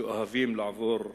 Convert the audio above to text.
שאוהבים לעבור עבירות,